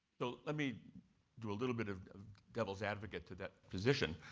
though let me do a little bit of devil's advocate to that position